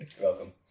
welcome